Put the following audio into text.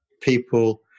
people